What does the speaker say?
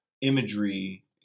imagery